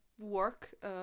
work